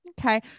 Okay